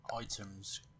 Items